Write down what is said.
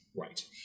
Right